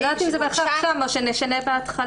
אני לא יודעת אם זה בהכרח שם או שנשנה את ההתחלה.